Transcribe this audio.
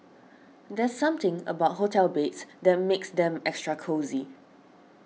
there's something about hotel beds that makes them extra cosy